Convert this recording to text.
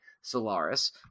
Solaris